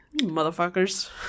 motherfuckers